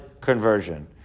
conversion